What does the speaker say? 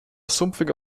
sumpfige